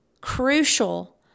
crucial